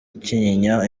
kinyinya